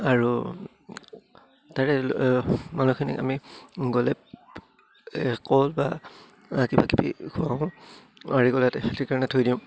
আৰু তাৰে মানুহখিনিক আমি গ'লে এই কল বা কিবাকিবি খুৱাওঁ গ'লে হাতীতোৰ কাৰণে থৈ দিওঁ